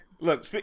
Look